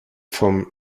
from